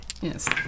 Yes